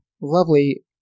lovely